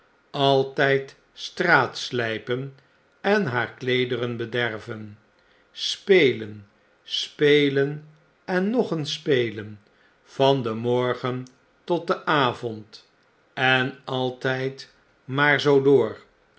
altyd straatslgpen en haar kleederen bederven spelen spelen en nog eens spelen van den morgen tot den avond en altfldmaar zoo door